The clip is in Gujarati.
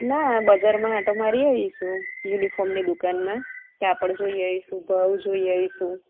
ના બજારમાં આંટો મારી આવીશું યુનિફોર્મની દુકાનમાં કાપડ જોઈ આવીશું ભાવ જોઈ આવીશું